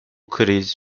kriz